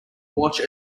watch